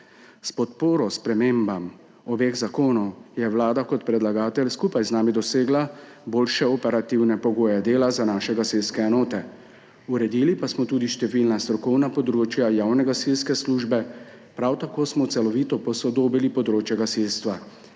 S podporo spremembam obeh zakonov je Vlada kot predlagatelj skupaj z nami dosegla boljše operativne pogoje dela za naše gasilske enote. Uredili pa smo tudi številna strokovna področja javne gasilske službe, prav tako smo celovito posodobili področje gasilstva.